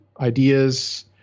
ideas